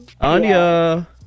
Anya